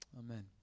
amen